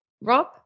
Rob